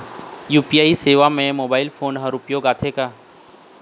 UPI सेवा म mobile phone हर उपयोग आथे का?